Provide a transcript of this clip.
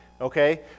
okay